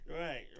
Right